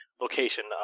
location